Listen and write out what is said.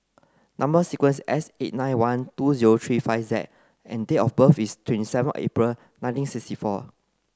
number sequence S eight nine one two zero three five Z and date of birth is twenty seven April nineteen sixty four